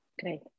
Great